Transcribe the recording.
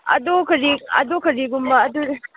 ꯑꯗꯨ ꯀꯔꯤꯒꯨꯝꯕ ꯑꯗꯨ